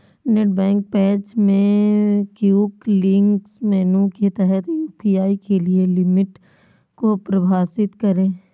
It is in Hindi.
नेट बैंक पेज में क्विक लिंक्स मेनू के तहत यू.पी.आई के लिए लिमिट को परिभाषित करें